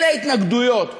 אלה ההתנגדויות המאוד-עקרוניות,